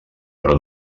però